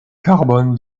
carbon